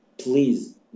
Please